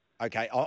Okay